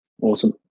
Awesome